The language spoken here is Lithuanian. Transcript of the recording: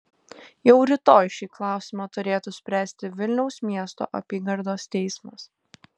jau rytoj šį klausimą turėtų spręsti vilniaus miesto apygardos teismas